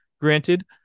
granted